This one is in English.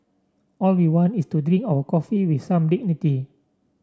all we want is to drink our coffee with some dignity